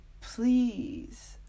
please